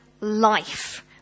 life